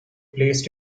placed